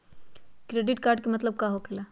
Credit card के मतलब का होकेला?